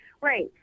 Right